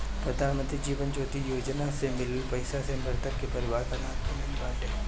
प्रधानमंत्री जीवन ज्योति बीमा योजना से मिलल पईसा से मृतक के परिवार के राहत मिलत बाटे